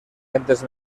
gentes